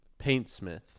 Paintsmith